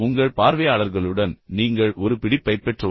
உங்கள் பார்வையாளர்களுடன் நீங்கள் ஒரு பிடிப்பை பெற்றவுடன்